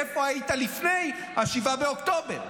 איפה היית לפני 7 באוקטובר?